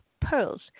pearls